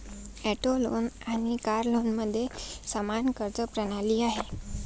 auto loan आणि car लोनमध्ये समान कर्ज प्रणाली आहे